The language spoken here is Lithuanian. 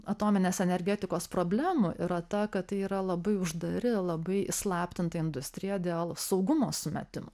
atominės energetikos problemų yra ta kad tai yra labai uždari labai įslaptinta industrija dėl saugumo sumetimų